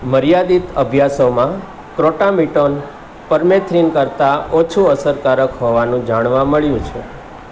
મર્યાદિત અભ્યાસોમાં crotamiton permethrin કરતાં ઓછું અસરકારક હોવાનું જાણવા મળ્યું છે